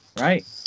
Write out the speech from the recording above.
right